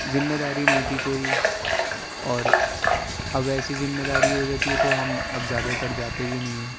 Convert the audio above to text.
ذمہ داری نہیں تھی کوئی اور اب ایسی ذمہ داری ہو جاتی ہے تو ہم اب زیادہ تر جاتے بھی نہیں ہیں